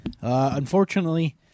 Unfortunately